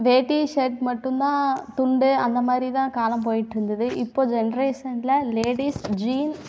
வேட்டி ஷர்ட் மட்டும் தான் துண்டு அந்த மாதிரி தான் காலம் போயிட்டு இருந்தது இப்போ ஜென்ரேசனில் லேடீஸ் ஜீன்ஸ்